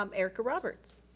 um erica roberts.